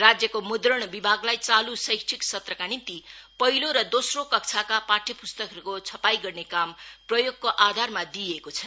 राज्यको मुद्रण विभागलाई चाल् शैक्षिक सत्रका निम्ति पहिलो र दोस्रो कक्षाका पाठ्यप्स्तकहरूको छपाई गर्ने काम प्रयोगको आधारमा दिइएको छ